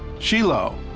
chilo,